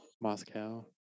Moscow